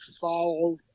follow